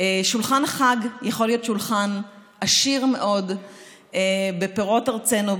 שולחן החג יכול להיות שולחן עשיר מאוד בפירות ארצנו,